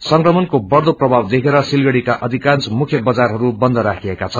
संक्रमणको बढ़दो प्रभाव देखेर सिलगड़ीका अघिकांश मुख्य बजारहरू बन्द राखिएका छन्